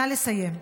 נא לסיים.